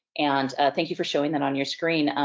and thank you for showing that on your screen,